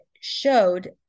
showed